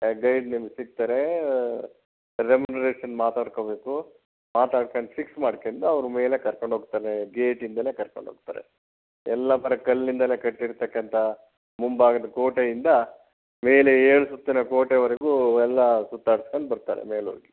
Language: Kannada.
ಗೈಡ್ ನಿಮಗೆ ಸಿಗ್ತಾರೆ ರೆಮ್ಯುನರೇಷನ್ ಮಾತಾಡ್ಕೋಬೇಕು ಮಾತಾಡ್ಕೊಂಡು ಫಿಕ್ಸ್ ಮಾಡಿಕೊಂಡು ಅವರು ಮೇಲೆ ಕರ್ಕೊಂಡು ಹೋಗ್ತಾರೆ ಗೇಟಿಂದಲೇ ಕರ್ಕೊಂಡು ಹೋಗ್ತಾರೆ ಎಲ್ಲ ಬರೀ ಕಲ್ಲಿಂದಲೇ ಕಟ್ಟಿರತಕ್ಕಂತಹ ಮುಂಭಾಗದ ಕೋಟೆಯಿಂದ ಮೇಲೆ ಏಳು ಸುತ್ತಿನ ಕೋಟೆವರೆಗೂ ಎಲ್ಲ ಸುತ್ತಾಡಿಸಿಕೊಂಡು ಬರ್ತಾರೆ ಮೇಲೋಗಿ